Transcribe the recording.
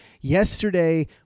Yesterday